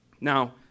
Now